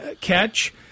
catch